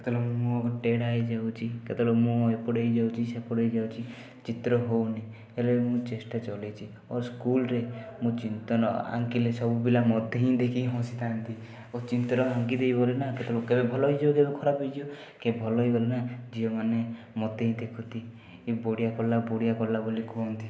କେତେବେଳେ ମୁହଁ ତେଢ଼ା ହେଇଯାଉଛି କେତେବେଳେ ମୁହଁ ଏପଟେ ହେଇଯାଉଛି ସେପଟେ ହେଇଯାଉଛି ଚିତ୍ର ହେଉନି ହେଲେ ଚେଷ୍ଟା ଚଳେଇଛି ଆଉ ସ୍କୁଲରେ ମୁଁ ଚିତ୍ର ନ ଆଙ୍କିଲେ ସବୁ ପିଲା ମୋତେ ହିଁ ଦେଖି ହସିଥାନ୍ତି ଓ ଚିତ୍ର ଆଙ୍କିଦେଲେ ନା କେତେବେଳେ ଭଲ ହେଇଯିବ କେତେବେଳେ ଖରାପ ହେଇଯିବ ଟିକିଏ ଭଲ ହେଇଗଲେନା ଝିଅମାନେ ମୋତେ ହିଁ ଦେଖନ୍ତି ବଢ଼ିଆ କଲା ବଢ଼ିଆ କଲା ବୋଲି କୁହନ୍ତି